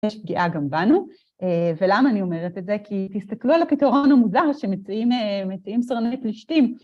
‫יש פגיעה גם בנו, ולמה אני אומרת את זה? ‫כי תסתכלו על הכתרון המוזר ‫שמציעים סרני פלשתים.